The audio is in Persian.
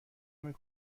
نمی